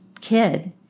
kid